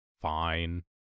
Fine